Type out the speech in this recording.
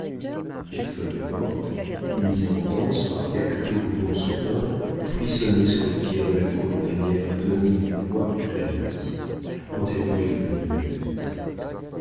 les feuilles mortes mises en danse par quelques tourbillons soudains frissonnaient sur les pierres de la cour de manière à donner une voix à la nuit quand elle voulait devenir muette